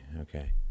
okay